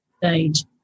stage